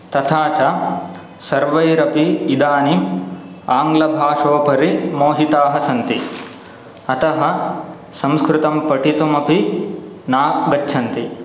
तथा च सर्वैरपि इदानीम् आङ्ग्लभाषोपरि मोहिताः सन्ति अतः संस्कृतं पठितुमपि ना गच्छन्ति